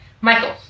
Michael